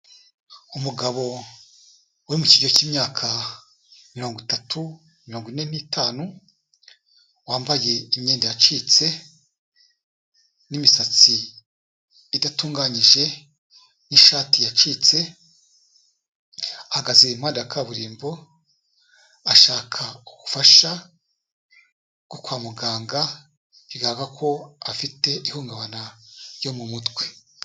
Umugabo uri mu kigero cy'imyaka mirongo itatu, mirongo ine n'itanu wambaye imyenda yacitse n'imisatsi idatunganyije n'ishati yacitse. Ahagaze impande ya kaburimbo ashaka ubufasha bwo kwa muganga. Bigaragara ko afite ihungabana ryo mu mutwe.